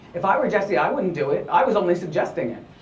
if i were jussie, i wouldn't do it. i was only suggesting it.